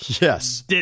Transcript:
Yes